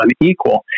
unequal